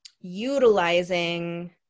utilizing